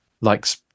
likes